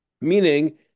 Meaning